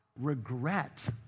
regret